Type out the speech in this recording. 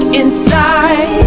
inside